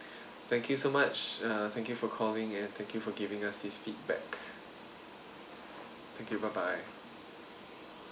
thank you so much uh thank you for calling and thank you for giving us this feedback thank you bye bye